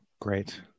Great